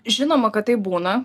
žinoma kad taip būna